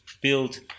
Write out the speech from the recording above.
build